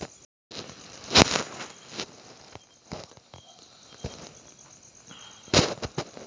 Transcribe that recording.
भारतीय वंशाच्यो मेंढयो वर्षांतना एकदाच कोकरू देतत